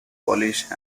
polish